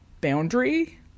boundary